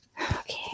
Okay